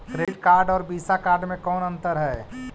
Credit card और Visa card मे कौन अन्तर है?